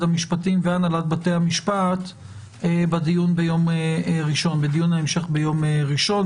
המשפטים והנהלת בתי המשפט בדיון ההמשך ביום ראשון.